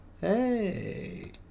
Hey